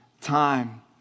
time